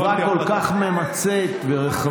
נראה לי שהתשובה כל כך ממצה ורחבה,